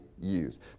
use